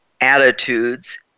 attitudes